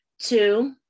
Two